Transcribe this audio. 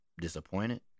disappointed